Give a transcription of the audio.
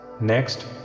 next